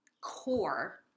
core